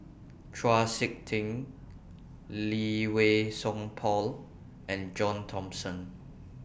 Chau Sik Ting Lee Wei Song Paul and John Thomson